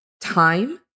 time